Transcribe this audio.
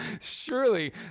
Surely